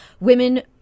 women